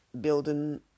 building